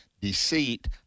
deceit